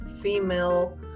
female